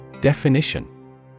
Definition